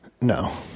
No